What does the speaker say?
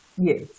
Yes